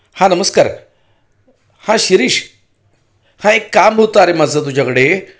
हां नमस्कार हां शिरीष हा एक काम होतं अरे माझं तुझ्याकडे